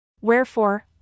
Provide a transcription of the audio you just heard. Wherefore